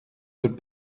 would